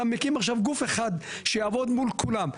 אתה מקים עכשיו גוף אחד שיעבוד מול כולם.